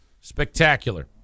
Spectacular